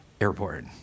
airport